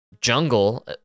jungle